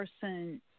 person